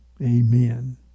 Amen